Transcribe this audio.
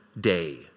day